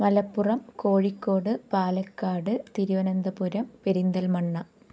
Malappuram Kozhikode Palakkad Thiruvananthapuram Perinthalmanna